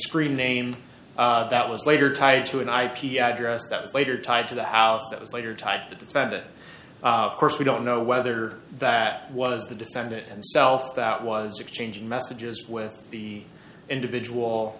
screen name that was later tied to an ip address that was later tied to the house that was later typed the defendant of course we don't know whether that was the defendant himself that was exchanging messages with the individual